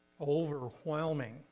overwhelming